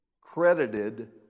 credited